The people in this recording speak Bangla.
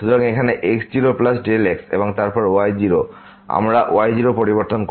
সুতরাং এখানে x0Δx এবং তারপর y0 আমরা y0 পরিবর্তন করছি না